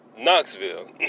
Knoxville